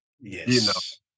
yes